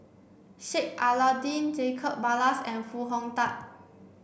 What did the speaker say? Sheik Alau'ddin Jacob Ballas and Foo Hong Tatt